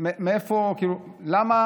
למה